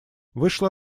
вышла